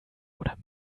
oder